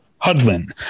hudlin